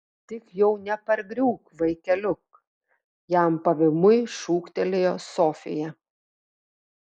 tik jau nepargriūk vaikeliuk jam pavymui šūktelėjo sofija